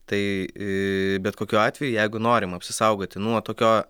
tai bet kokiu atveju jeigu norim apsisaugoti nuo tokio